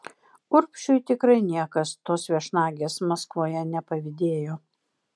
urbšiui tikrai niekas tos viešnagės maskvoje nepavydėjo